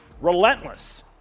Relentless